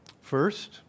First